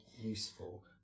useful